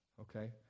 Okay